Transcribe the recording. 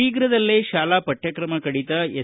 ಶೀಘ್ರದಲ್ಲೇ ಶಾಲಾ ಪಠ್ಕಕ್ರಮ ಕಡಿತ ಎಸ್